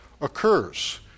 occurs